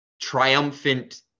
triumphant